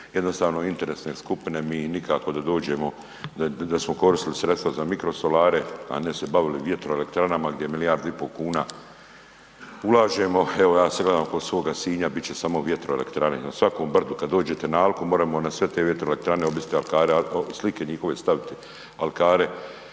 jednostavno interesne skupine mi nikako da smo koristili sredstva za mikrosolare, a ne se bavili vjetroelektranama gdje milijardu i pol kuna ulažemo. Evo ja sada gledam kod svoga Sinja bit ćemo samo vjetroelektrane, na svakom brdu, kada dođete na Alku moremo na sve te vjetroelektrane objesiti alkare, slike njihove staviti alkare